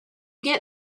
get